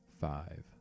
five